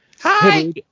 Hi